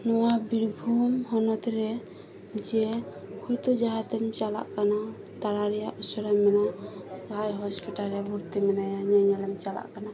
ᱱᱚᱣᱟ ᱵᱤᱨᱵᱷᱩᱢ ᱦᱚᱱᱚᱛ ᱨᱮ ᱡᱮ ᱦᱚᱭᱛᱚ ᱡᱟᱦᱟᱸᱛᱮᱢ ᱪᱟᱞᱟᱜ ᱠᱟᱱᱟ ᱛᱟᱲᱟ ᱨᱮᱭᱟᱜ ᱩᱥᱟᱹᱨᱟ ᱢᱮᱱᱟᱜᱼᱟ ᱡᱟᱦᱟᱸᱭ ᱦᱚᱥᱯᱤᱴᱟᱞ ᱨᱮ ᱵᱷᱚᱨᱛᱤ ᱢᱮᱱᱟᱭᱟ ᱧᱮᱧᱮᱞᱮᱢ ᱪᱟᱞᱟᱜ ᱠᱟᱱᱟ